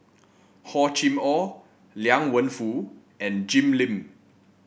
Hor Chim Or Liang Wenfu and Jim Lim